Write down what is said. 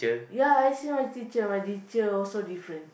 I see my teacher my teacher also different